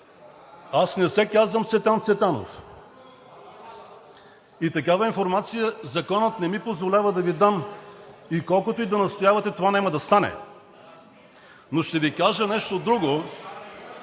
Аз не се казвам Цветан Цветанов и такава информация законът не ми позволява да Ви дам. Колкото и да настоявате, това няма да стане! Но ще Ви кажа нещо друго,